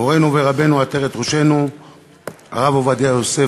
מורנו ורבנו עטרת ראשנו הרב עובדיה יוסף,